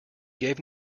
gave